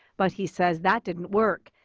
but he says that didn't work.